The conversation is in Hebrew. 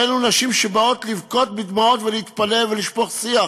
נשים שבאות לבכות בדמעות ולהתפלל ולשפוך שיח